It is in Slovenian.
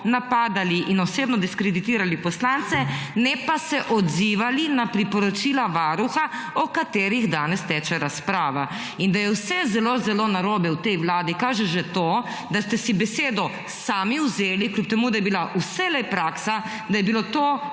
napadali in osebno diskreditirali poslance, ne pa se odzivali na priporočila Varuha, o katerih danes teče razprava. Da je vse zelo zelo narobe v tej vladi kaže že to, da ste si besedo sami vzeli, kljub temu da je bila vselej praksa, da je bilo to